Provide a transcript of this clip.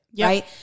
right